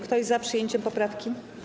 Kto jest za przyjęciem poprawki?